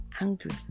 angry